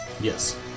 Yes